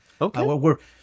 Okay